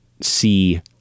see